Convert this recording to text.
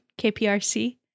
KPRC